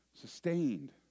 sustained